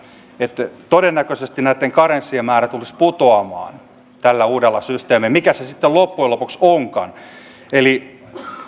että todennäköisesti näitten karenssien määrä tulisi putoamaan tällä uudella systeemillä mikä se sitten loppujen lopuksi onkaan